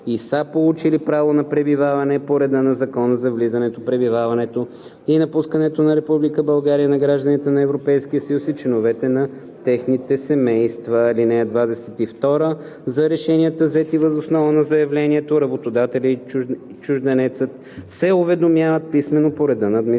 са получили право на пребиваване по реда на Закона за влизането, пребиваването и напускането на Република България на гражданите на Европейския съюз и членовете на техните семейства. (22) За решенията, взети въз основа на заявлението, работодателят и чужденецът се уведомяват писмено по реда на